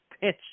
pitch